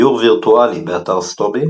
סיור וירטואלי באתר סטובי